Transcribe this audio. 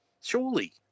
Surely